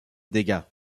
dégâts